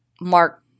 Mark